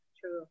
True